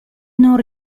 non